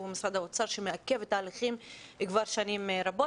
זה משרד האוצר שמעכב את ההליכים כבר שנים רבות